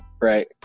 Right